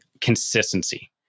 consistency